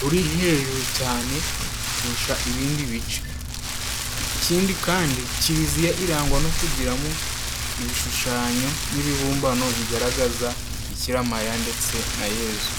ruri hejuru cyane kurusha ibindi bice. Ikindi kandi, kiliziya irangwa no kugiramo ibishushanyo n’ibibumbano bigaragaza Bikira Mariya ndetse na Yezu.